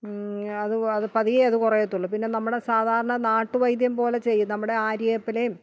അത് അത് പതിയെ അത് കുറയത്തൊള്ളു പിന്നെ നമ്മുടെ സാധാരണ നാട്ട് വൈദ്യം പോലെ ചെയ്യും നമ്മുടെ ആര്യ വേപ്പിലേം